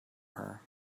her